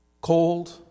cold